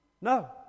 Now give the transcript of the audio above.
no